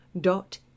dot